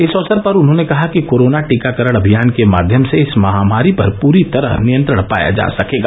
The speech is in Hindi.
इस अवसर पर उन्होंने कहा कि कोरोना टीकाकरण अभियान के माध्यम से इस महामारी पर पूरी तरह नियंत्रण पाया जा सकेगा